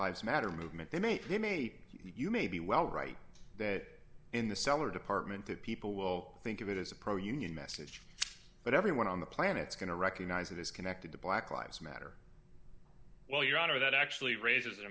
lives matter movement they made to me you may be well right that in the cellar department that people will think of it as a pro union message but everyone on the planet is going to recognize it is connected to black lives matter well your honor that actually raises a